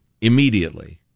immediately